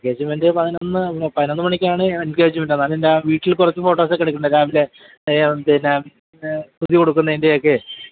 engagement പതിനൊന്ന് പതിനൊന്ന് മണിക്കാണ് ഞാൻ എൻഗേജ്മെൻറ്റ് അതായത് വീട്ടിൽ കുറച്ച് ഫോട്ടോസൊക്കെ എടുക്കണ്ടേ കാലത്തേ പിന്നെ സ്തുതി കൊടുക്കുന്നതിൻ്റെയൊക്കെ